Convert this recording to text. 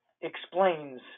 explains